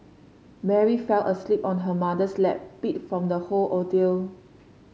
Mary fell asleep on her mother's lap beat from the whole ordeal